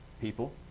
people